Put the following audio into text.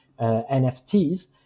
NFTs